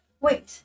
Wait